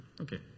Okay